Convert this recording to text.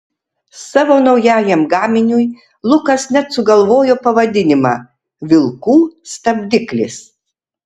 savo naujajam gaminiui lukas net sugalvojo pavadinimą vilkų stabdiklis